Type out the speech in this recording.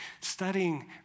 studying